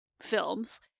films